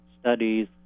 studies